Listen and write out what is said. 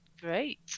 Great